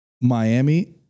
Miami